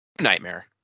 Nightmare